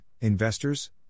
investors